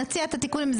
נציע את התיקונים.